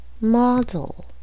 model